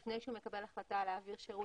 הממונה לפני שהוא מקבל החלטה להעביר שירות.